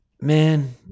man